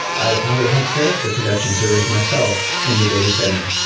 i ah probably had set up the production servers myself in the data center.